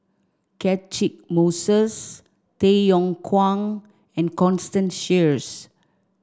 Catchick Moses Tay Yong Kwang and Constance Sheares